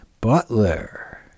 Butler